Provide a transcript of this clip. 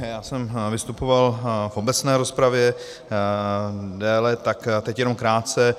Já jsem vystupoval v obecné rozpravě déle, tak teď jenom krátce.